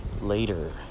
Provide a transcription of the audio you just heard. later